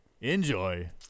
Enjoy